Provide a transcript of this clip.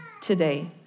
today